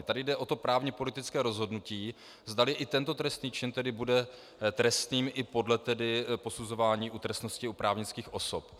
Tady jde o to právně politické rozhodnutí, zdali i tento trestný čin bude trestným i podle posuzování u trestnosti u právnických osob.